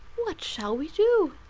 what shall we do?